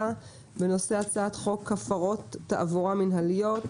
בנושא: הצעת חוק הפרות תעבורה מינהליות,